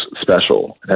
special